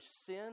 sin